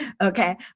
Okay